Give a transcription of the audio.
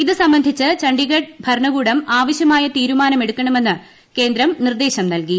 ഇത് സംബന്ധിച്ച് ചണ്ഡിഗഡ് ഭരണകൂടം ആവശ്യമായ തീരുമാനം എടുക്കണമെന്ന് കേന്ദ്രം നിർദ്ദേശം നൽകി